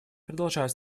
продолжают